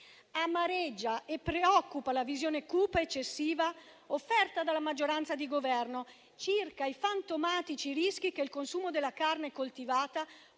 Amareggia e preoccupa la visione cupa ed eccessiva, offerta dalla maggioranza di Governo, circa i fantomatici rischi che il consumo della carne coltivata